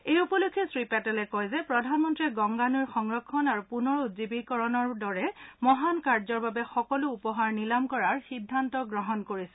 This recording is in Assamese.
এই উপলক্ষে শ্ৰীপেটেলে কয় যে প্ৰধানমন্ত্ৰীয়ে গংগা নৈৰ সংৰক্ষণ আৰু পুনৰ উজ্জীৱিতকৰণৰ দৰে মহান কাৰ্যৰ বাবে সকলো উপহাৰ নিলাম কৰাৰ সিদ্ধান্ত গ্ৰহণ কৰিছে